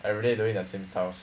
everyday doing the same stuff